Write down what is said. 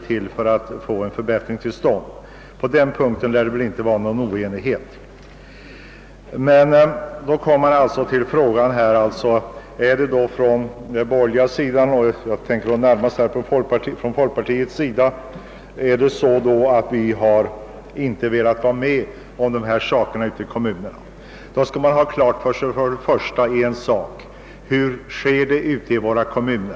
Därför måste en förbättring komma till stånd. Därvidlag råder ingen oenighet. Sedan kan man fråga om det verkligen är så att vi inom folkpartiet inte har velat vara med om att förbättra förhållandena på detta område ute i kommunerna. Vid besvarandet av den frågan skall man ha klart för sig hur det är ordnat ute i våra kommuner.